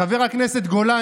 חבר הכנסת גולן,